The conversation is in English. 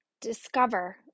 discover